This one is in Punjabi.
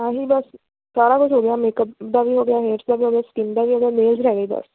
ਆਹੀ ਬਸ ਸਾਰਾ ਕੁਛ ਹੋ ਗਿਆ ਮੇਕਅਪ ਦਾ ਵੀ ਹੋ ਗਿਆ ਹੇਅਰਜ਼ ਦਾ ਵੀ ਹੋ ਗਿਆ ਸਕਿਨ ਦਾ ਵੀ ਹੋ ਗਿਆ ਨੇਲਜ਼ ਰਹਿ ਗਏ ਬਸ